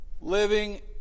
Living